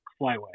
Flyway